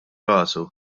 rasu